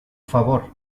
favor